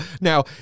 Now